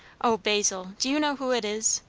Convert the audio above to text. o basil, do you know who it is?